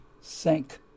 Sank